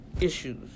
issues